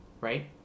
right